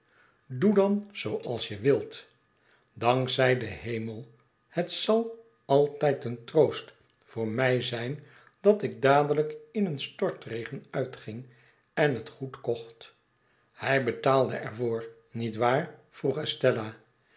doe dan zooals je wilt dank zij den hemel het zal altijd een troost voor mij zijn dat ik dadelijk in een stortregen uitging en het goed kocht hij betaalde er voor niet waar vroeg estella